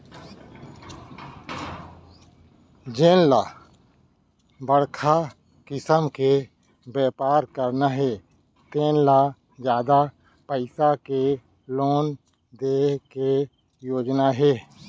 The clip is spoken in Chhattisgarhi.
जेन ल बड़का किसम के बेपार करना हे तेन ल जादा पइसा के लोन दे के योजना हे